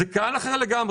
זה קהל אחר לגמרי.